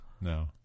No